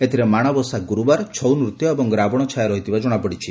ଏଥିରେ ମାଶବସା ଗ୍ରର୍ରବାର ଛଉନୁତ୍ୟ ଏବଂ ରାବଶ ଛାୟା ରହିଥିବା ଜଶାପଡିଛି